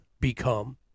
become